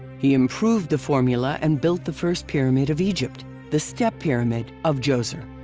he improved the formula and built the first pyramid of egypt the step pyramid of djoser.